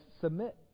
Submit